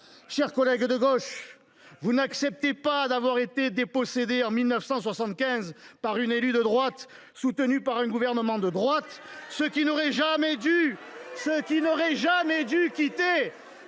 Chers collègues de gauche, vous n’acceptez pas d’avoir été dépossédés, en 1975, par une élue de droite, soutenue par un gouvernement de droite, de ce qui n’aurait jamais dû quitter